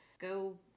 go